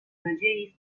nadziei